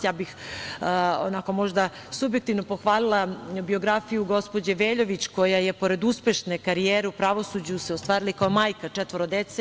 Ja bih, onako možda subjektivno, pohvalila biografiju gospođe Veljović koja je pored uspešne karijere u pravosuđu se ostvarila i kao majka četvoro dece.